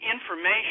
information